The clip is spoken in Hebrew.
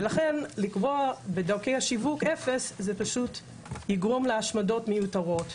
ולכן לקבוע בדרכי השיווק אפס זה פשוט יגרום להשמדות מיותרות,